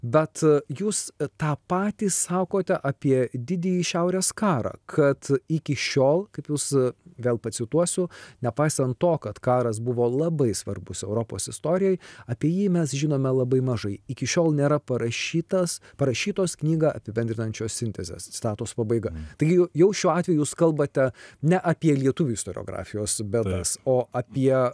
bet jūs tą patį sakote apie didįjį šiaurės karą kad iki šiol kaip jūs vėl pacituosiu nepaisant to kad karas buvo labai svarbus europos istorijoj apie jį mes žinome labai mažai iki šiol nėra parašytas parašytos knygą apibendrinančios sintezės citatos pabaiga taigi jau šiuo atveju jūs kalbate ne apie lietuvių istoriografijos bėdas o apie